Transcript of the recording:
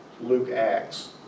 Luke-Acts